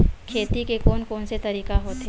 खेती के कोन कोन से तरीका होथे?